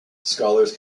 scholars